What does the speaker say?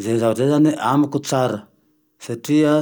Zay zavatra zay zane amiko tsara, satria